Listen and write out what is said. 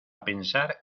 pensar